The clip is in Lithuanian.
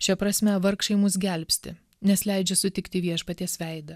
šia prasme vargšai mus gelbsti nes leidžia sutikti viešpaties veidą